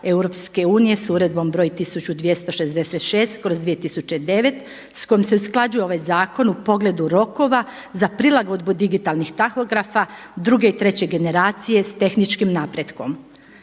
Europske unije s uredbom broj 1266/2009 s kojom se usklađuje ovaj zakon u pogledu rokova za prilagodbu digitalnih tahografa druge i treće generacije s tehničkim napretkom.